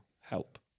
help